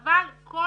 אבל כל